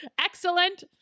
excellent